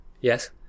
Yes